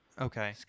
Okay